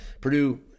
Purdue